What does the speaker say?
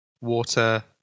water